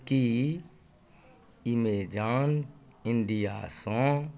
Ki Amazon इंडियासँ